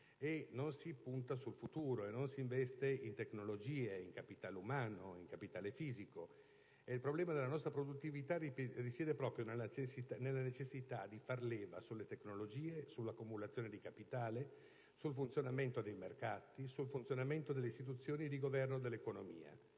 non si punta sul futuro e non si investe in tecnologia, in capitale umano e fisico. Il problema della nostra produttività risiede proprio nella necessità di far leva sulle tecnologie, sull'accumulazione di capitale, sul funzionamento dei mercati e delle istituzioni di governo dell'economia.